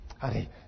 Honey